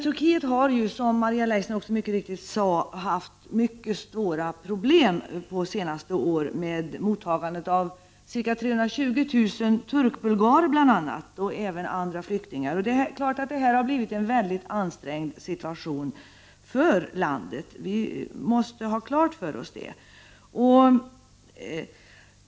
Turkiet har ju, som Maria Leissner sade, haft mycket stora problem de senaste åren med mottagande av ca 320 000 turkbulgarer och andra flyktingar. Det är klart att detta har blivit en mycket ansträngd situation för landet. Vi måste ha detta klart för oss.